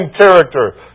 character